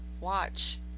watch